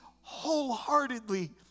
wholeheartedly